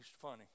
funny